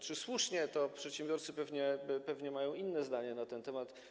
Czy słusznie, to przedsiębiorcy pewnie mają inne zdanie na ten temat.